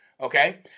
Okay